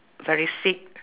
very sick